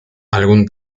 algún